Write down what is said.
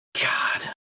God